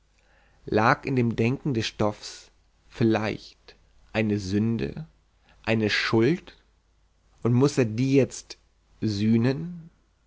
lag in dem denken des stoffs vielleicht eine sünde eine schuld und muß er die jetzt sühnen